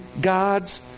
God's